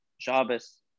Shabbos